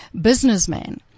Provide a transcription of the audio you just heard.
businessman